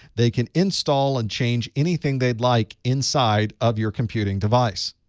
they can install and change anything they'd like inside of your computing device.